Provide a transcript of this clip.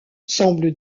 semble